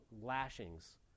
lashings